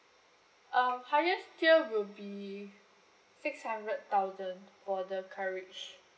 um highest tier will be six hundred thousand for the coverage